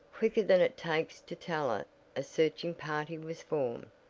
quicker than it takes to tell it a searching party was formed.